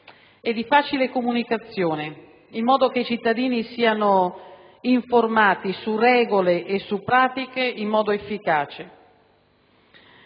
e di facile comunicazione in modo che i cittadini siano informati su regole e pratiche in maniera efficace.